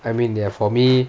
I mean ya for me